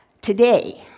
Today